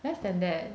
less than that